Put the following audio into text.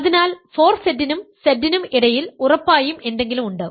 അതിനാൽ 4Z നും Z നും ഇടയിൽ ഉറപ്പായും എന്തെങ്കിലും ഉണ്ട്